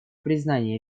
признание